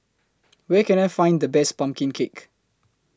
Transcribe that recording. Where Can I Find The Best Pumpkin Cake